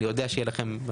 אני יודע שיהיו לכם,